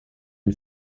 une